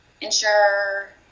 ensure